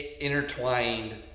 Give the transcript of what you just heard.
intertwined